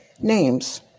names